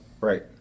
Right